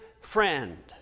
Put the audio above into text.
friend